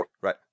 right